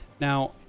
now